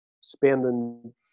spending